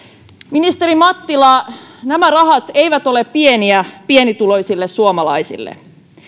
ministeri mattila nämä rahat eivät ole pieniä pienituloisille suomalaisille